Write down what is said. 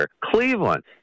Cleveland